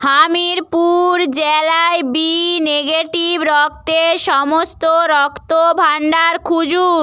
হামিরপুর জ্যালায় B negative রক্তের সমস্ত রক্তভাণ্ডার খুঁজুন